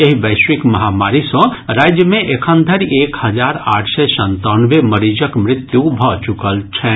एहि वैश्विक महामारी सँ राज्य मे एखन धरि एक हजार आठ सय संतानवे मरीजक मृत्यु भऽ चुकल छनि